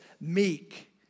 meek